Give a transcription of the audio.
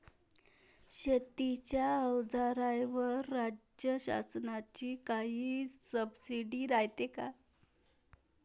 शेतीच्या अवजाराईवर राज्य शासनाची काई सबसीडी रायते का?